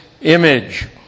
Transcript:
image